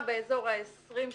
אני מניחה באזור ה-20%,